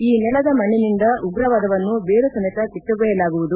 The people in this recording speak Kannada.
ಈ ನೆಲದ ಮಣ್ಣಿನಿಂದ ಉಗ್ರವಾದವನ್ನು ಬೇರು ಸಮೇತ ಕಿತ್ತೊಗೆಯಲಾಗುವುದು